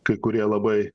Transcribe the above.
kai kurie labai